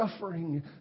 suffering